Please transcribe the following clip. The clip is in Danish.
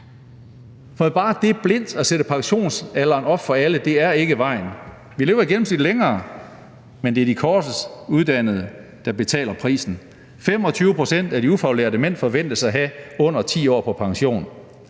bare blindt at sætte pensionsalderen op for alle. Vi lever i gennemsnit længere, men det er de kortest uddannede, der betaler prisen. 25 pct. af de ufaglærte mænd forventes at have under 10 år på pension.